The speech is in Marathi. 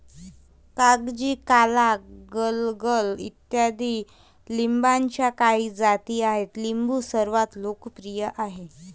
कागजी, काला, गलगल इत्यादी लिंबाच्या काही जाती आहेत लिंबू सर्वात लोकप्रिय आहे